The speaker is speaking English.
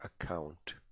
account